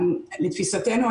לתפיסתנו,